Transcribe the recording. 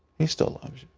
he still loves